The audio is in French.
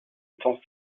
étant